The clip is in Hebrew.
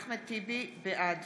בעד